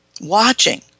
Watching